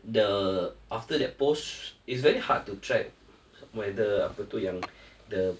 the after that post is very hard to track whether apa tu yang the